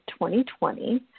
2020